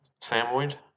Samoyed